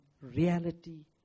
reality